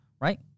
right